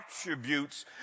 attributes